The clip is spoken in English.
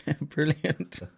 Brilliant